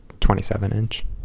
27-inch